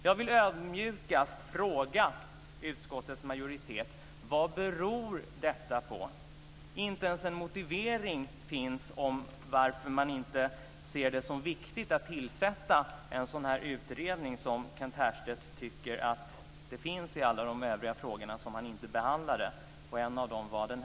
Jag vill ödmjukast fråga utskottets majoritet vad det beror på. Det finns inte ens en motivering om varför man inte ser det som viktigt att tillsätta en sådan utredning - som Kent Härstedt anser finns för övriga frågor som han inte behandlade, en av dem var denna.